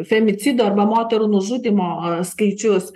femicido arba moterų nužudymo skaičius